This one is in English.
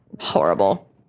horrible